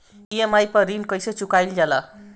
EMI पर ऋण कईसे चुकाईल जाला?